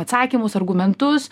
atsakymus argumentus